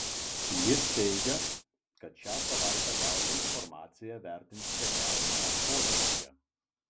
jis teigia kad šią savaitę gautą informaciją vertins trečiadienio posėdyje